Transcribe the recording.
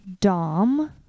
Dom